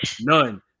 none